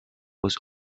was